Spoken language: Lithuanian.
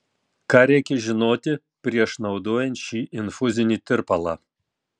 ką reikia žinoti prieš naudojant šį infuzinį tirpalą